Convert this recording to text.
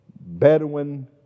Bedouin